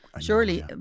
Surely